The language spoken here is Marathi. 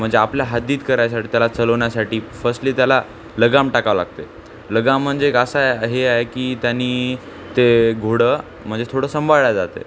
म्हणजे आपल्या हद्दीत करायसाठी त्याला चलवण्यासाठी फस्टली त्याला लगाम टाकावं लागतंय लगाम म्हणजे एक असं हे आहे की त्यांनी ते घोडं म्हणजे थोडं सांभाळल्या जात आहे